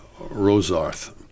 Rosarth